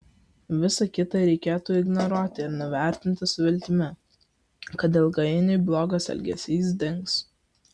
visa kita reikėtų ignoruoti ir nuvertinti su viltimi kad ilgainiui blogas elgesys dings